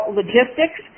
logistics